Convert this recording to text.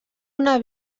una